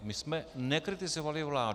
My jsme nekritizovali vládu.